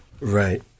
right